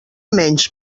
menys